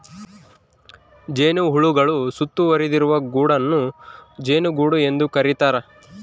ಜೇನುಹುಳುಗಳು ಸುತ್ತುವರಿದಿರುವ ಗೂಡನ್ನು ಜೇನುಗೂಡು ಎಂದು ಕರೀತಾರ